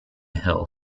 hill